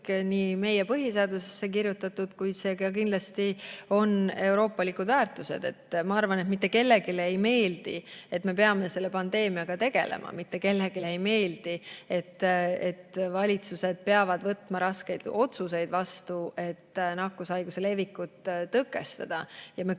on meie põhiseadusesse kirjutatud, kuid need on kindlasti ka euroopalikud väärtused. Ma arvan, et mitte kellelegi ei meeldi, et me peame selle pandeemiaga tegelema. Mitte kellelegi ei meeldi, et valitsused peavad võtma vastu raskeid otsuseid, et nakkushaiguse levikut tõkestada. Ja me kõik